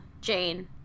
Jane